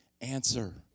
answer